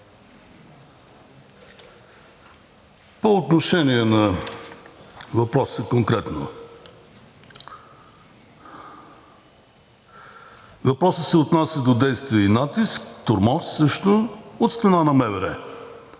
По отношение на въпроса – конкретно. Въпросът се отнася до действие и натиск, тормоз също от страна на МВР.